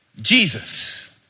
Jesus